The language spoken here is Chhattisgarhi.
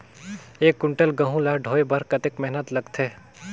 एक कुंटल गहूं ला ढोए बर कतेक मेहनत लगथे?